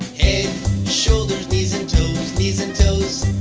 and shoulders knees and toes, knees and toes.